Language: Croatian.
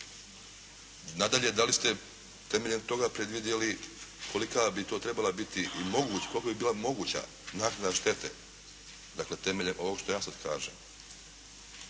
Nadalje, da li ste temeljem toga predvidjeli kolika bi bila moguća naknada štete dakle temeljem ovoga što ja sad kažem